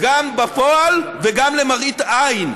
גם בפועל וגם למראית עין.